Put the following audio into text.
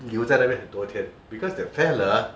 留在那边很多天 because that fella